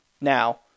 Now